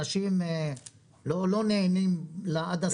אנשים לא נענים עד הסוף.